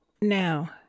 Now